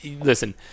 Listen